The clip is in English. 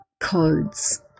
codes